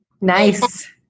Nice